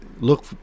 look